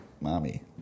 Mommy